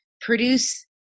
produce